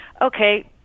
okay